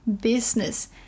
business